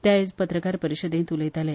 ते आयज पत्रकार परिशदेत उलयताले